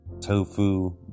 tofu